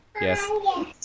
Yes